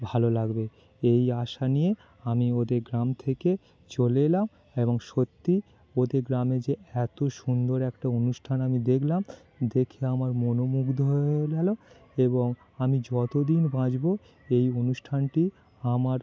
ভালো লাগবে এই আশা নিয়ে আমি ওদের গ্রাম থেকে চলে এলাম এবং সত্যি ওদের গ্রামে যে এত সুন্দর একটা অনুষ্ঠান আমি দেখলাম দেখে আমার মনোমুগ্ধ হয়ে গেল এবং আমি যত দিন বাঁচব এই অনুষ্ঠানটি আমার